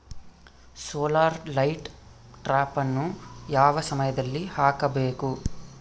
Solar light ಟ್ರಾಪನ್ನು ಯಾವ ಸಮಯದಲ್ಲಿ ಹಾಕಬೇಕು?